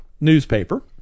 newspaper